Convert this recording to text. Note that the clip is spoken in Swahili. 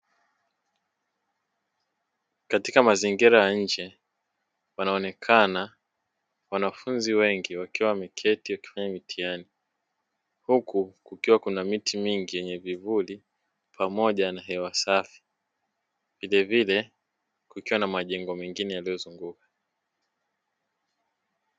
Katika mazingira ya nje wanaonekana wanafunzi wengi wakiwa wameketi wakifanya mitihani, huku kukiwa na miti mingi yenye vivuli pamoja na hewa safi vilevile kukiwa na majengo mengine yaliyozunguka.